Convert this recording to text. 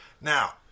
Now